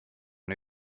who